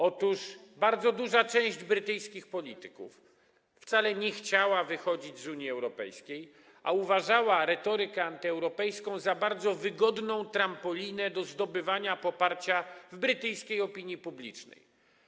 Otóż bardzo duża część brytyjskich polityków wcale nie chciała wychodzić z Unii Europejskiej, a uważała retorykę antyeuropejską za bardzo wygodną trampolinę do zdobywania poparcia brytyjskiej opinii publicznej.